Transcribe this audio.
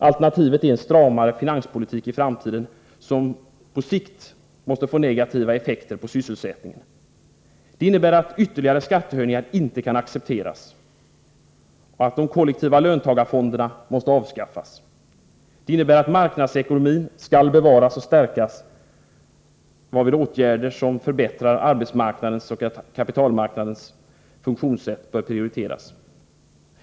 Alternativet är en stramare finanspolitik i framtiden, som på sikt måste få negativa effekter för sysselsättningen. Det innebär att ytterligare skattehöjningar inte kan accepteras och att de kollektiva löntagarfonderna måste avskaffas. Det innebär vidare att marknadsekonomin skall bevaras och stärkas, varvid åtgärder som förbättrar arbetsmarknadens och kapitalmarknadens funktionssätt bör prioriteras.